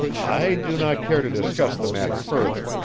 i do not care to discuss the matter further,